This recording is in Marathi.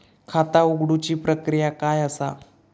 खाता उघडुची प्रक्रिया काय असा?